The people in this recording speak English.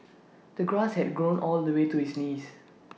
the grass had grown all the way to his knees